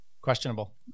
Questionable